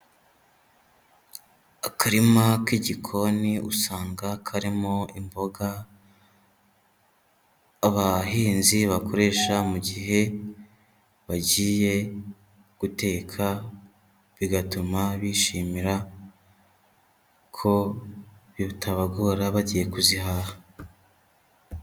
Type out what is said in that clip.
Akarima k'igikoni usanga karimo imboga, abahinzi bakoresha mu gihe bagiye guteka, bigatuma bishimira ko bitabagora bagiye kuzihaha.